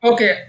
Okay